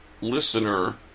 listener